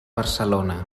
barcelona